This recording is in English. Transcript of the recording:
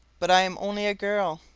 but i am only a girl,